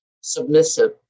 Submissive